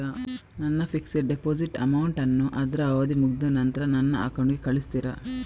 ನನ್ನ fixed deposit amount ಅನ್ನು ಅದ್ರ ಅವಧಿ ಮುಗ್ದ ನಂತ್ರ ನನ್ನ ಅಕೌಂಟ್ ಗೆ ಕಳಿಸ್ತೀರಾ?